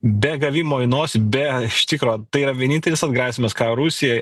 be gavimo į nosį be iš tikro tai yra vienintelis atgrasymas ką rusija